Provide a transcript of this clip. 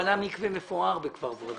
ואם נעברה העבירה בידי תאגיד כפל הקנס האמור: